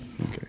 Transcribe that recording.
Okay